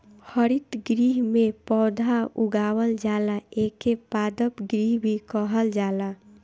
हरितगृह में पौधा उगावल जाला एके पादप गृह भी कहल जाला